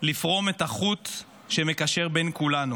לפרום את החוט שמקשר בין כולנו,